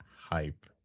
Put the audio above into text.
hype